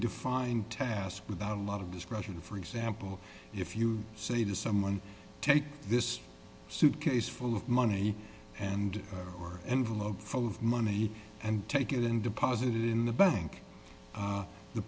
defined task without a lot of discretion for example if you say to someone take this suitcase full of money and or envelope full of money and take it and deposit it in the bank